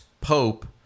pope